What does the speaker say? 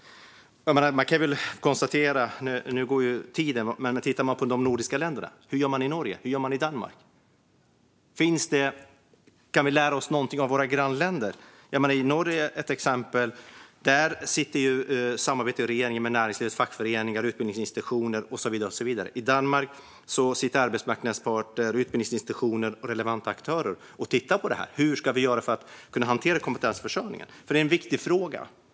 Man kan titta på hur de gör i de andra nordiska länderna. Hur gör de i Norge? Hur gör de i Danmark? Kan vi lära oss någonting av våra grannländer? I till exempel Norge samarbetar regeringen med näringsliv, fackföreningar, utbildningsinstitutioner och så vidare. I Danmark tittar arbetsmarknadens parter, utbildningsinstitutioner och relevanta aktörer på vad man ska göra för att hantera kompetensförsörjningen. Det är en viktig fråga.